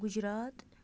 Gujarat